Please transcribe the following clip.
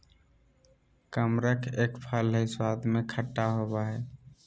कमरख एक फल हई स्वाद में खट्टा होव हई